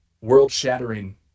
world-shattering